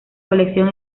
colección